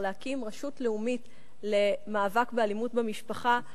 להקים רשות לאומית למאבק באלימות במשפחה,